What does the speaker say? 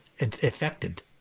affected